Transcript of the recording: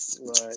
right